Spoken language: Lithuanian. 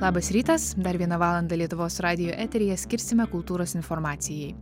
labas rytas dar vieną valandą lietuvos radijo eteryje skirsime kultūros informacijai